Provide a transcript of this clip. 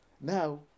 Now